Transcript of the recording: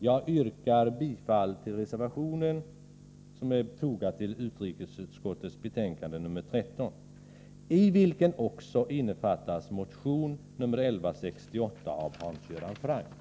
Jag yrkar bifall till reservationen som är fogad till utrikesutskottets betänkande 13, vilken också innefattar motion 1983/84:1168 av Hans Göran Franck.